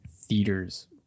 theaters